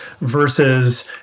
versus